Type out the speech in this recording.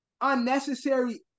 Unnecessary